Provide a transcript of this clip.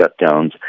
shutdowns